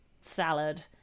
salad